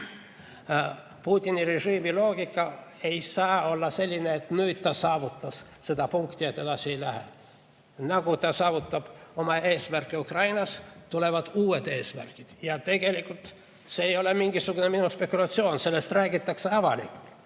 Putini režiimi loogika ei saa olla selline, et nüüd ta saavutas selle punkti ja edasi ei lähe. Nagu ta saavutab oma eesmärgid Ukrainas, tulevad uued eesmärgid. Ja tegelikult see ei ole mingisugune minu spekulatsioon, sellest räägitakse avalikult.